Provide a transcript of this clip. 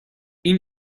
این